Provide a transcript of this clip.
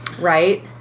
right